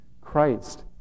Christ